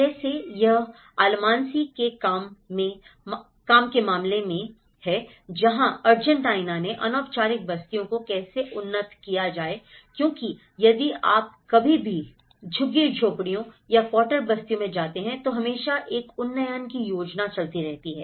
जैसे यह अलमांसी के काम के मामले में है जहाँ अर्जेंटीना ने अनौपचारिक बस्तियों को कैसे उन्नत किया जाए क्योंकि यदि आप कभी भी झुग्गी झोंपड़ियों या क्वार्टर बस्तियों में जाते हैं तो हमेशा एक उन्नयन की योजना चलती रहती है